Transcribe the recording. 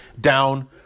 down